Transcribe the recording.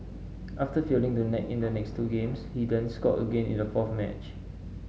after failing to net in the next two games he then scored again in the fourth match